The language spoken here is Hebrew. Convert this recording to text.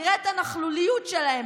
תראה את הנכלוליות שלהם.